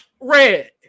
Red